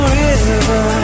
river